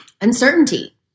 uncertainty